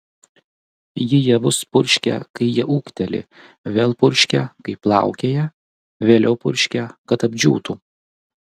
ji javus purškia kai jie ūgteli vėl purškia kai plaukėja vėliau purškia kad apdžiūtų